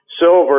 silver